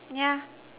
yeah